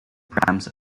prams